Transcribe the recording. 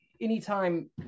anytime